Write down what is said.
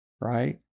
right